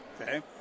Okay